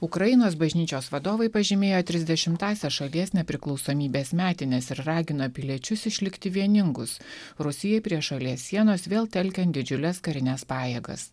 ukrainos bažnyčios vadovai pažymėjo trisdešimtąsias šalies nepriklausomybės metines ir ragina piliečius išlikti vieningus rusijai prie šalies sienos vėl telkiant didžiules karines pajėgas